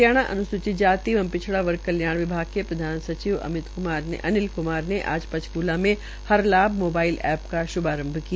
हरियाणा अन्सूचित जाति एवं पिछड़ा वर्ग कल्याण विभाग प्रधानसचिव अनिल क्मार ने आज पंचकूला मे हरलाभ मोबाइल ऐप का श्भारंभ किया